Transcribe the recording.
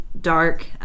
dark